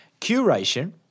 curation